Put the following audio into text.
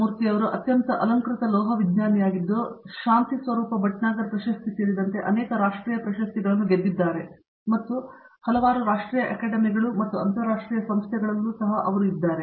ಮುರ್ತಿ ಅವರು ಅತ್ಯಂತ ಅಲಂಕೃತ ಲೋಹವಿಜ್ಞಾನಿಯಾಗಿದ್ದು ಶಾಂತಿ ಸ್ವರೂಪ್ ಭಟ್ನಾಗರ್ ಪ್ರಶಸ್ತಿ ಸೇರಿದಂತೆ ಅನೇಕ ರಾಷ್ಟ್ರೀಯ ಪ್ರಶಸ್ತಿಗಳನ್ನು ಗೆದ್ದಿದ್ದಾರೆ ಮತ್ತು ಹಲವಾರು ರಾಷ್ಟ್ರೀಯ ಅಕಾಡೆಮಿಗಳು ಮತ್ತು ಅನೇಕ ಅಂತರಾಷ್ಟ್ರೀಯ ಸಂಸ್ಥೆಗಳಲ್ಲೂ ಸಹ ಅವರು ಇದ್ದಾರೆ